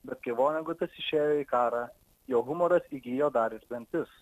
bet kai vonegutas išėjo į karą jo humoras įgijo dar ir dantis